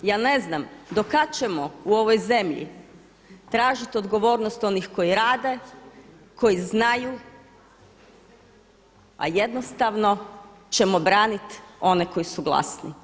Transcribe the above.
Ja ne znam do kada ćemo u ovoj zemlji tražiti odgovornost onih koji rade, koji znaju, a jednostavno ćemo braniti one koji su glasni.